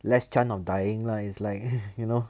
less chance of dying lah is like you know